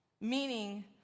meaning